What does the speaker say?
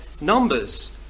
numbers